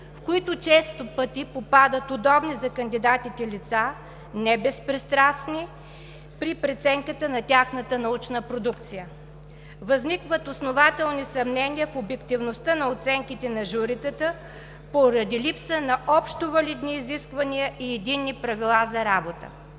в които често пъти попадат удобни за кандидатите лица, небезпристрастни при преценката на тяхната научна продукция. Възникват основателни съмнения в обективността на оценките на журитата поради липса на общовалидни изисквания и единни правила за работа.